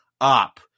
up